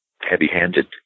heavy-handed